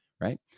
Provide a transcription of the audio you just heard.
right